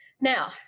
Now